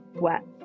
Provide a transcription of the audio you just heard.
wet